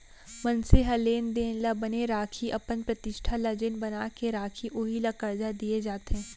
मनसे ह लेन देन ल बने राखही, अपन प्रतिष्ठा ल जेन बना के राखही उही ल करजा दिये जाथे